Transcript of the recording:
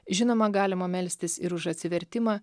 žinoma galima melstis ir už atsivertimą